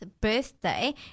birthday